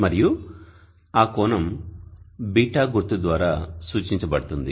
మరియు ఆ కోణం "β" గుర్తు ద్వారా సూచించబడుతుంది